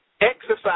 exercise